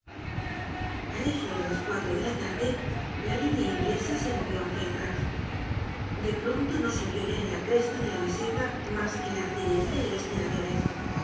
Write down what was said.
a eso de las cuatro la línea inglesa se movió hácia atrás de pronto no se vió ya en la cresta de la meseta mas que la artillería y los